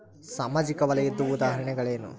ಸಾಮಾಜಿಕ ವಲಯದ್ದು ಉದಾಹರಣೆಗಳೇನು?